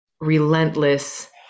relentless